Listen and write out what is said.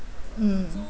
mm